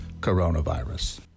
coronavirus